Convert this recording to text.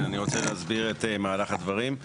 כן אני רוצה להסביר את מהלך הדברים,